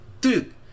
Dude